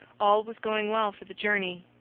all was going well for the journey,